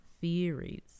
theories